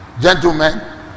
gentlemen